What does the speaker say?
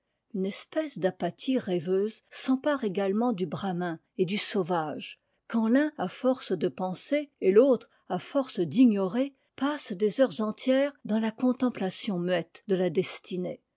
une espèce d'apathie rêveuse s'empare également du bramin et du sauvage quand l'un à force de penser et l'autre à force d'ignorer passent des heures entières dans la contemplation muette de la destinée